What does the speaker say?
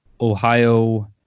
Ohio